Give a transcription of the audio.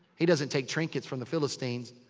he doesn't take trinkets from the philistines.